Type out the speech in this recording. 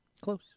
close